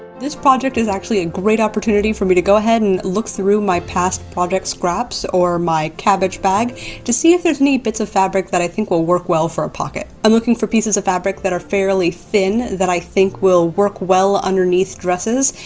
this project is actually a great opportunity for me to go ahead and look through my past project scraps or my cabbage bag to see if there's any bits of fabric that i think will work well for a pocket. i'm looking for pieces of fabric that are fairly thin that i think will work well underneath dresses,